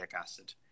acid